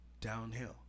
downhill